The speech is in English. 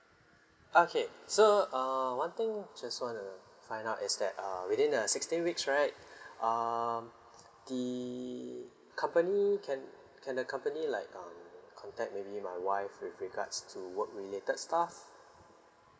okay so uh one thing just want to find out is that uh within the sixteen weeks right um the company can can the company like um contact maybe my wife with regards to work related stuff